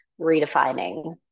redefining